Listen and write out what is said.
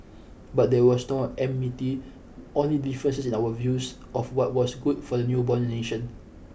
but there was no enmity only differences in our views of what was good for the newborn nation